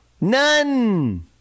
none